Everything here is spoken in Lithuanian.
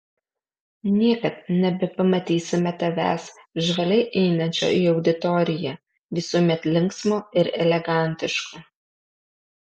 niekad nebepamatysime tavęs žvaliai einančio į auditoriją visuomet linksmo ir elegantiško